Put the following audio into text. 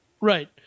Right